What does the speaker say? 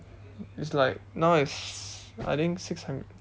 it's like now it's I think six hundred